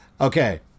Okay